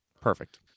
perfect